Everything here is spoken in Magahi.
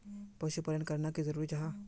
पशुपालन करना की जरूरी जाहा?